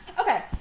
Okay